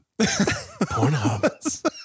Pornhub